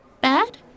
Bad